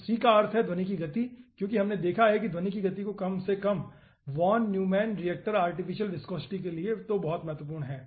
तो c का अर्थ ध्वनि की गति है क्योंकि हमने देखा है कि ध्वनि की गति कम से कम von Neumann Richter artificial viscosity के लिए तो बहुत महत्वपूर्ण है